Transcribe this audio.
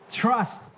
trust